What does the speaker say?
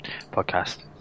podcast